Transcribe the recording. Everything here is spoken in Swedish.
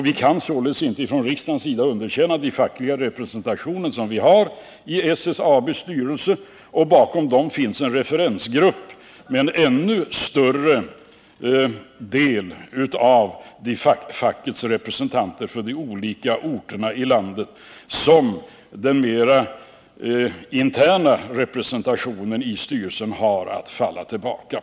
Riksdagen kan således inte underkänna den fackliga representationen i SSAB:s styrelse. Bakom finns också en referensgrupp med en ännu större facklig representation för de olika orterna i landet, och på denna kan den mera interna representationen i styrelsen falla tillbaka.